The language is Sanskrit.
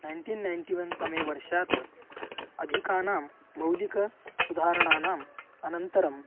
नैन्टीन् नैन्टी वन्तमे वर्षात् अधिकानां मौलिकसुधारणानाम् अनन्तरम्